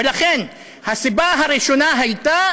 ולכן, הסיבה הראשונה הייתה